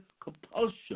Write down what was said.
compulsion